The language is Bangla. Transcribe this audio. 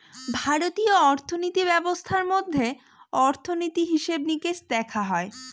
ভারতীয় অর্থিনীতি ব্যবস্থার মধ্যে অর্থনীতি, হিসেবে নিকেশ দেখা হয়